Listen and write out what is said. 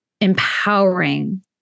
empowering